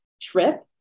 trip